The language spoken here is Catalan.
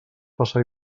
passa